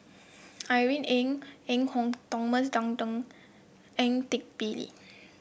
Irene Ng Phek Hoong Thomas Dunman Ang Teck Bee